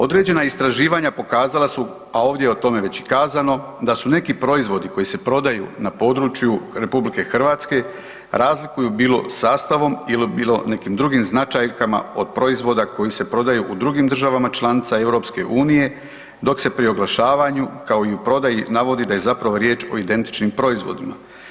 Određena istraživanja pokazala su, a ovdje je o tome već i kazano da su neki proizvodi koji se prodaju na području RH razlikuju bilo sastavom ili bilo nekim drugim značajkama od proizvoda koji se prodaju u drugim državama članicama EU dok se pri oglašavanju kao i u prodaji navodi da je zapravo riječ o identičnim proizvodima.